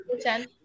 Ten